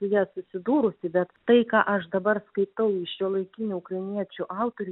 su ja susidūrusi bet tai ką aš dabar skaitau iš šiuolaikinių ukrainiečių autorių